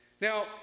Now